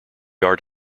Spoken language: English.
art